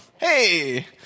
hey